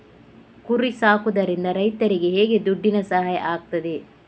ಕುರಿ ಸಾಕುವುದರಿಂದ ರೈತರಿಗೆ ಹೇಗೆ ದುಡ್ಡಿನ ಸಹಾಯ ಆಗ್ತದೆ?